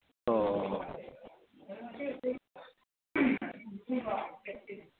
ꯑꯣ